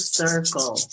circle